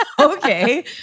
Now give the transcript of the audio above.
Okay